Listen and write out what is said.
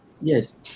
yes